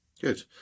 Good